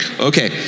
Okay